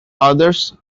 others